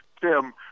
Tim